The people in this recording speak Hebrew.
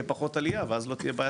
פחות עלייה ואז לא תהיה בעיה תקציבית.